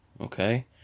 okay